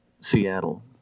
Seattle